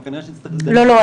לא,